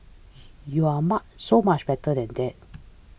you are so much better than that